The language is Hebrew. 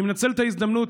אני מנצל את ההזדמנות,